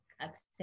accept